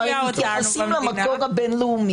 הם מתייחסים למקור הבין-לאומי